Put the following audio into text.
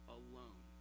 alone